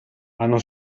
hanno